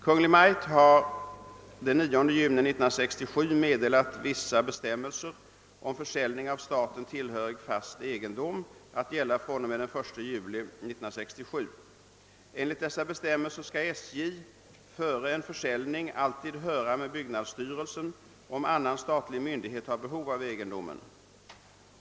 Kungl. Maj:t har den 9 juni 1967 meddelat vissa bestämmelser om försäljning av staten tillhörig fast egendom att gälla fr.o.m. den 1 juli 1967. Enligt dessa bestämmelser skall SJ före en försäljning alltid höra med byggnadsstyrelsen om annan statlig myndighet har behov av egendomen.